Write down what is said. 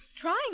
trying